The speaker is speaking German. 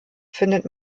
findet